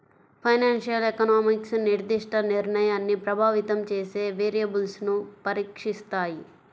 financial economics నిర్దిష్ట నిర్ణయాన్ని ప్రభావితం చేసే వేరియబుల్స్ను పరీక్షిస్తాయి